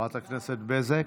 חברת הכנסת בזק?